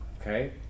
Okay